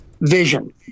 vision